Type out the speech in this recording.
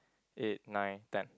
eight nine ten